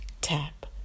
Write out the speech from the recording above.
tap